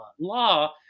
law